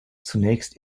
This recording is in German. zunächst